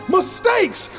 Mistakes